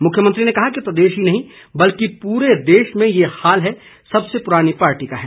मुख्यमंत्री ने कहा कि प्रदेश ही नहीं बल्कि पूरे देश में ये हाल सबसे पुरानी पार्टी का है